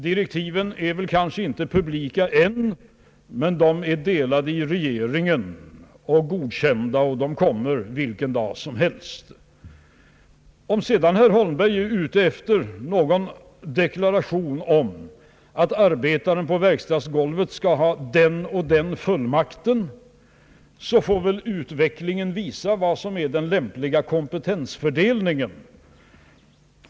Direktiven är kanske inte publika än, men de är delade i regeringen och godkända och kommer att framläggas vilken dag som helst. Om sedan herr Holmberg är ute efter någon deklaration om att arbetaren på verkstadsgolvet skall ha den eller den fullmakten, så får väl utvecklingen visa vad som kan vara den lämpliga kompetensfördelningen.